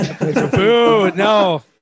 No